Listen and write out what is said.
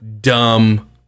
dumb